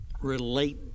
relate